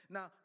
Now